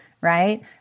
right